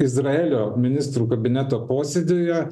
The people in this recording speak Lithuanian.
izraelio ministrų kabineto posėdyje